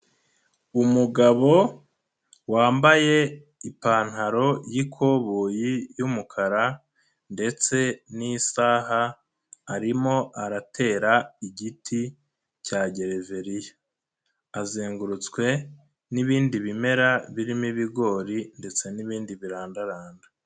Umugabo wambaye ipantaro y'ikoboyi y'umukara ndetse n'isaha, arimo aratera igiti cya Gereveriya, azengurutswe n'ibindi bimera birimo ibigori ndetse n'ibindi birandaranda.